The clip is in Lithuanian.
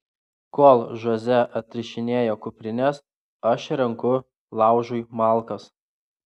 kol žoze atrišinėja kuprines aš renku laužui malkas